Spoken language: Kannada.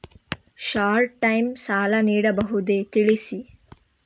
ಶಾರ್ಟ್ ಟೈಮ್ ಸಾಲ ನೀಡಬಹುದೇ ತಿಳಿಸಿ?